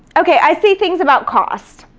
okay, i see things about cost.